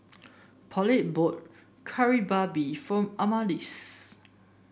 Paulette bought Kari Babi for Adamaris